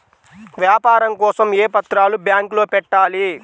వ్యాపారం కోసం ఏ పత్రాలు బ్యాంక్లో పెట్టాలి?